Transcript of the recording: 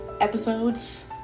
episodes